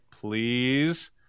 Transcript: please